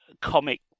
comic